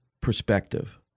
perspective